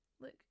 Look